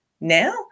Now